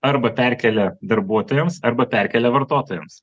arba perkelia darbuotojams arba perkelia vartotojams